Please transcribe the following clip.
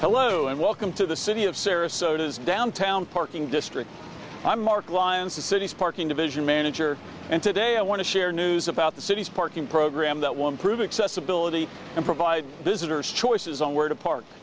welcome to the city of sarasota is downtown parking district i'm mark lyons the city's parking division manager and today i want to share news about the city's parking program that will improve accessibility and provide visitors choices on where to park